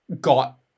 got